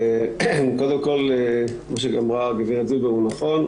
קודם כל, מה שאמרה הגברת זילבר הוא נכון.